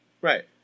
right